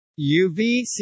UVC